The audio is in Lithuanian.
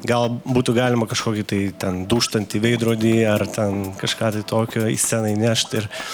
gal būtų galima kažkokį tai ten dūžtantį veidrodį ar ten kažką tokio į sceną įnešt ir